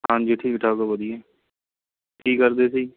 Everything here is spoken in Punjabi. ਹਾਂਜੀ ਠੀਕ ਠਾਕ ਆ ਵਧੀਆ ਕੀ ਕਰਦੇ ਸੀ